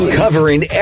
covering